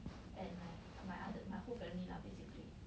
and like my other my whole family lah basically